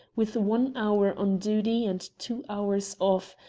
with one hour on duty and two hours off,